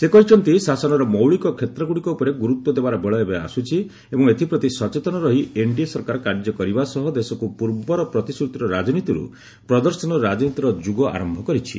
ସେ କହିଛନ୍ତି ଶାସନର ମୌଳିକ କ୍ଷେତ୍ରଗୁଡ଼ିକ ଉପରେ ଗୁରୁତ୍ୱ ଦେବାର ବେଳ ଏବେ ଆସୁଛି ଏବଂ ଏଥିପ୍ରତି ସଚେତନ ରହି ଏନ୍ଡିଏ ସରକାର କାର୍ଯ୍ୟ କରିବା ସହ ଦେଶକ୍ ପ୍ରର୍ବର ପ୍ରତିଶ୍ରତିର ରାଜନୀତିରୁ ପ୍ରଦର୍ଶନର ରାଜନୀତିର ଯୁଗ ଆରମ୍ଭ କରିଛି